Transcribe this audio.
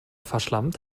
verschlampt